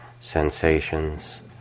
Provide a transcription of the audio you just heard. sensations